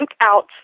out